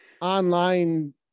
online